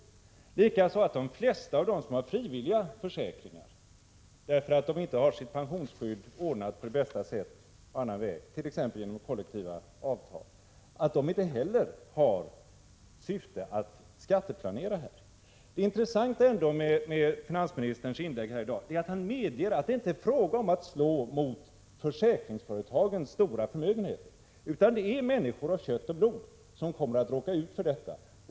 Likaså är det uppenbart att de flesta av dem som har frivilliga försäkringar därför att de inte har sitt pensionsskydd ordnat på ett bättre sätt, t.ex. genom kollektivavtal, inte heller har syftet att skatteplanera. Det intressanta med finansministerns inlägg här är att han medger att det inte är fråga om att slå mot försäkringsföretagens stora förmögenheter, utan det är människor av kött och blod som kommer att råka ut för detta.